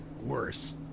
worse